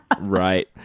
Right